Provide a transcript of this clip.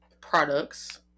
products